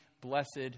blessed